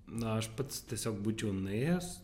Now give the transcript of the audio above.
na aš pats tiesiog būčiau nuėjęs